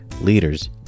leaders